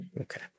Okay